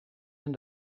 een